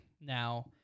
Now